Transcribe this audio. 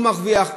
הוא מרוויח,